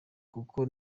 kuko